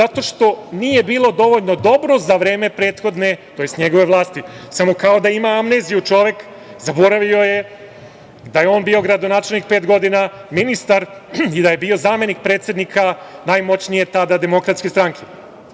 zato što nije bilo dovoljno dobro za vreme prethodne vlasti. Ali, čovek kao da ima amneziju, zaboravio je da je on bio gradonačelnik pet godina, ministar i da je bio zamenik predsednika najmoćnije tada Demokratske stranke